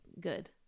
good